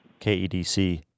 KEDC